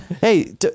Hey